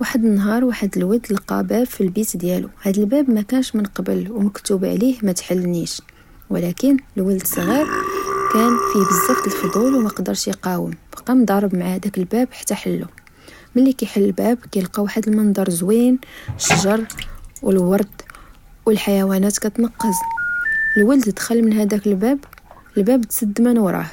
واحد النهار، واحد الولد لقى باب في البيت ديالو، هاد الباب مكانش من قبل ومكتوبة عليه متحلنيش، ولكن الولد صغير كان فيه بزاف الفضول ومقدرش يقاوم، بقا مضارب مع هداك الباب حتى حلو، ملي كحل الباب كلقى واحد المنظر زوين، الشجر و الورد أو الحيونات كتنقز، الولد دخل من هداك الباب، الباب تسد من وراه،